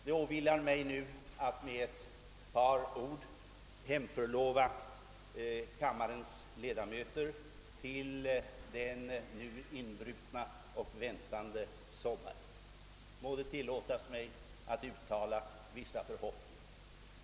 Det åvilar mig nu att med några ord hemförlova kammarens ledamöter till den inbrutna, väntande sommaren. Må det tillåtas mig att uttala vissa förhoppningar.